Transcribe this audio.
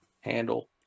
handle